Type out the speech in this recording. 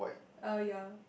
uh ya